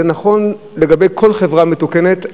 זה נכון לגבי כל חברה מתוקנת,